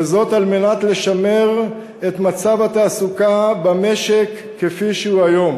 וזאת על מנת לשמר את מצב התעסוקה במשק כפי שהוא היום.